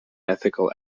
ethical